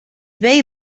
vell